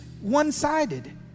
one-sided